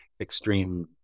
extreme